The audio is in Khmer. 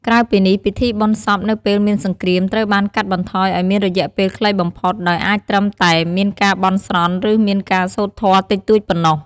ក្រៅពីនេះ ពិធីបុណ្យសពនៅពេលមានសង្រ្គាមត្រូវបានកាត់បន្ថយឲ្យមានរយៈពេលខ្លីបំផុត ដោយអាចត្រឹមតែមានការបន់ស្រន់ ឬ មានការសូត្រធម៌តិចតួចប៉ុណ្ណោះ។